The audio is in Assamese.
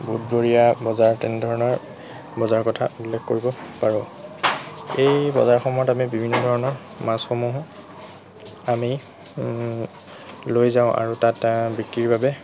বুধবৰীয়া বজাৰ তেনেধৰণৰ বজাৰৰ কথা উল্লেখ কৰিব পাৰোঁ এই বজাৰসমূহত আমি বিভিন্ন ধৰণৰ মাছসমূহ আমি লৈ যাওঁ তাত বিক্ৰীৰ বাবে